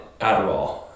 Adderall